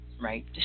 right